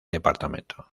departamento